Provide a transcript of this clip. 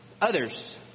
others